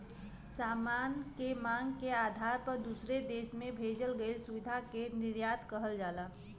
सामान के मांग के आधार पर दूसरे देश में भेजल गइल सुविधा के निर्यात कहल जाला